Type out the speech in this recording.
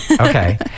okay